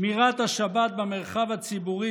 שמירת השבת במרחב הציבורי,